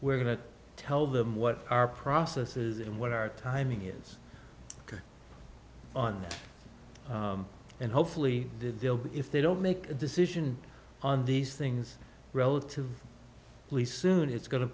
we're going to tell them what our processes and what our timing is on and hopefully they'll be if they don't make a decision on these things relative police soon it's going to